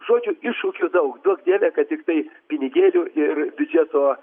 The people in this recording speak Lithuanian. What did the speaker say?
žodžiu iššūkių daug duok dieve kad tiktai pinigėlių ir biudžeto